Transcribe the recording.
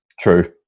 True